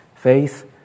Faith